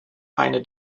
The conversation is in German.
eine